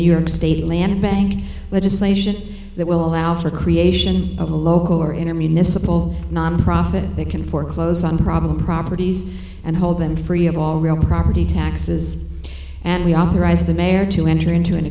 new york state land bank legislation that will allow for creation of a local or enemy miscible nonprofit they can foreclose on problem properties and hold them free of all real property taxes and we authorized the mayor to enter into an